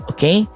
Okay